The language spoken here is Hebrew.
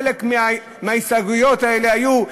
חלק מההסתייגויות האלה היו,